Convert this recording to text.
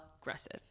Aggressive